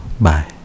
Bye